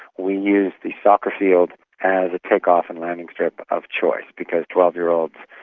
we use the soccer field as a take-off and landing strip of choice, because twelve year olds,